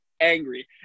angry